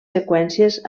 seqüències